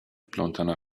wplątana